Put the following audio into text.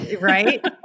Right